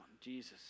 Jesus